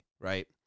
right